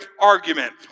argument